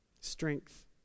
Strength